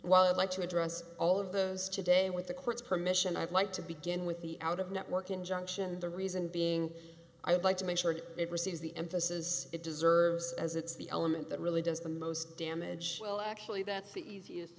would like to address all of those today with the court's permission i'd like to begin with the out of network injunction the reason being i would like to make sure that it receives the emphasis it deserves as it's the element that really does the most damage well actually that's the easiest